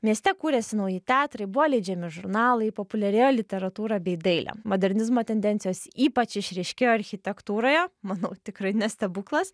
mieste kūrėsi nauji teatrai buvo leidžiami žurnalai populiarėjo literatūra bei dailė modernizmo tendencijos ypač išryškėjo architektūroje manau tikrai ne stebuklas